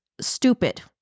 stupid